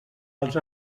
els